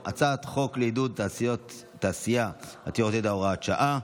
בסדר-היום: הצעת חוק לעידוד תעשייה עתירת ידע (הוראת שעה).